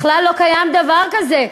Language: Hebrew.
בכלל לא קיים דבר כזה.